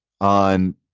on